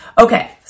okay